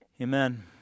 Amen